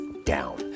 down